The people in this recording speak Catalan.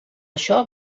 això